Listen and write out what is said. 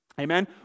Amen